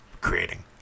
creating